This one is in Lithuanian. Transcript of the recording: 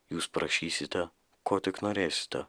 jūs prašysite ko tik norėsite